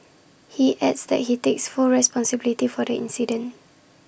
he adds that he takes full responsibility for the incident